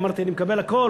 אמרתי: אני מקבל הכול.